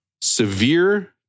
severe